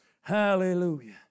Hallelujah